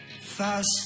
Fast